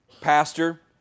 pastor